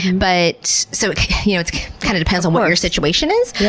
and but so you know it kind of depends on what your situation is.